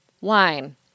wine